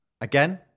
again